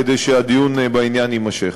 כדי שהדיון בעניין יימשך.